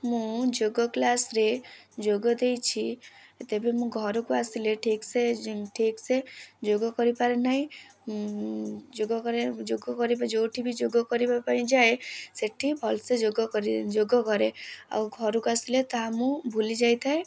ମୁଁ ଯୋଗ କ୍ଲାସ୍ରେ ଯୋଗ ଦେଇଛି ତେବେ ମୁଁ ଘରକୁ ଆସିଲେ ଠିକ୍ସେ ଠିକ୍ସେ ଯୋଗ କରିପାରେ ନାହିଁ ଯୋଗ କରିବା ଯୋଗ କରିବା ଯୋଉଁଠି ବି ଯୋଗ କରିବା ପାଇଁ ଯାଏ ସେଇଠି ଭଲ୍ସେ ଯୋଗ କରେ ଯୋଗ କରେ ଆଉ ଘରକୁ ଆସିଲେ ତାହା ମୁଁ ଭୁଲି ଯାଇଥାଏ